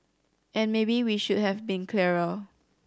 and maybe we should have been clearer